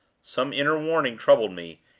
some inner warning troubled me,